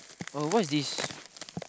!wah! what is this